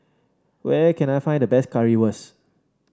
where can I find the best Currywurst